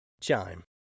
Chime